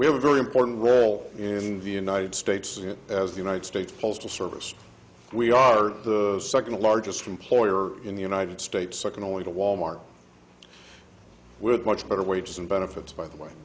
we have a very important world in the united states as the united states postal service we are the second largest employer in the united states second only to wal mart with much better wages and benefits by the way